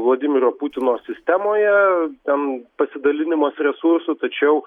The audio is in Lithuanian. vladimiro putino sistemoje ten pasidalinimas resursų tačiau